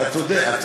אתה צודק.